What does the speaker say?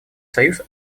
союз